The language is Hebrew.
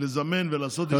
לזמן ולעשות ישיבות.